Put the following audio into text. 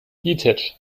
detach